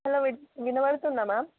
hello విన్ వినపడుతుందా ma'am